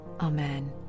amen